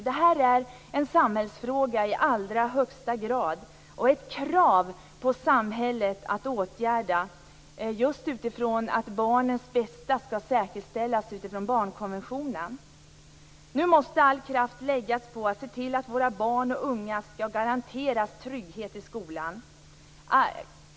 Det här är i allra högsta grad en samhällsfråga och ett krav på samhället att åtgärda detta, just utifrån att barns bästa skall säkerställas med utgångspunkt i barnkonventionen. Nu måste all kraft läggas på att se till att våra barn och unga garanteras trygghet i skolan.